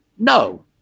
No